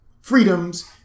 freedoms